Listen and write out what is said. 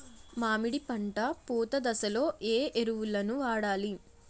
మామిడి పంట పూత దశలో ఏ ఎరువులను వాడాలి?